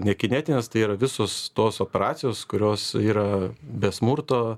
nekinetinės tai yra visos tos operacijos kurios yra be smurto